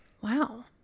Wow